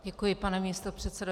Děkuji, pane místopředsedo.